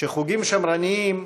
שחוגים שמרניים